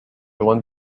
one